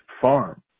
farm